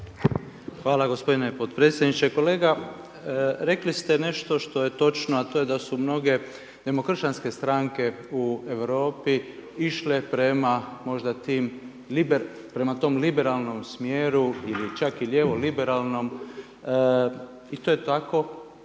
Hvala gospodine podpredsjedniče. Kolega, rekli ste nešto što je točno, a to je da su mnoge demokršćanske stranke u Europi išle prema, možda tim liberalnim, tom liberalnom smjeru, ili čak i lijevo liberalnom i to je tako.